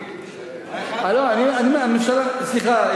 סליחה,